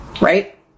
Right